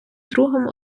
другом